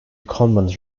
combat